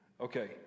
Okay